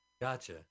Gotcha